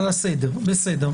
לסדר, בסדר.